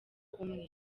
umwe